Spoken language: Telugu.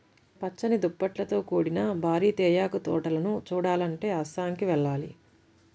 పచ్చని దుప్పట్లతో కూడిన భారీ తేయాకు తోటలను చూడాలంటే అస్సాంకి వెళ్ళాలి